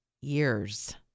years